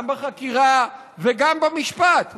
גם בחקירה וגם במשפט,